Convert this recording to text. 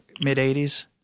mid-'80s